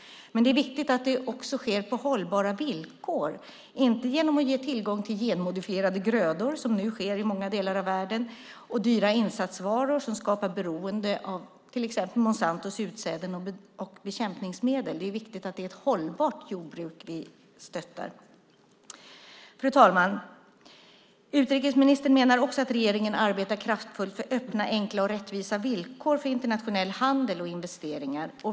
Men det är viktigt att det sker på hållbara villkor, inte genom att ge tillgång till genmodifierade grödor, vilket nu sker i många delar av världen, och inte genom dyra insatsvaror som skapar beroende av till exempel Monsantos utsäden och bekämpningsmedel. Det är viktigt att det är ett hållbart jordbruk vi stöder. Fru talman! Utrikesministern menar också att regeringen arbetar kraftfullt för öppna, enkla och rättvisa villkor för internationell handel och investeringar.